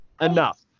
enough